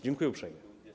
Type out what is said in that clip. Dziękuję uprzejmie.